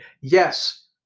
Yes